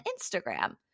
Instagram